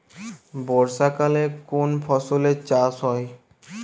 বর্ষাকালে কোন ফসলের চাষ হয়?